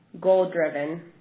goal-driven